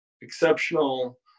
exceptional